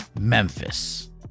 Memphis